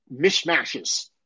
mishmashes